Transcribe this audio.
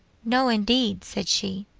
no, indeed! said she,